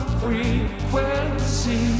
frequency